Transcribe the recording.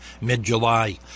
mid-July